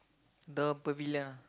the Pavilion